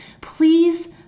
Please